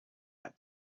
had